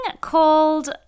called